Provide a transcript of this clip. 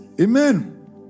Amen